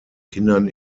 kindern